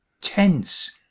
tense